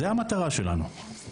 זה המטרה שלנו.